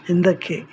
ಹಿಂದಕ್ಕೆ